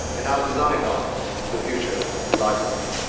and our design of the future lifestyle.